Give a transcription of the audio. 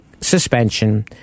suspension